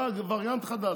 בא וריאנט חדש.